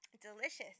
delicious